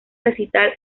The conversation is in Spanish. recital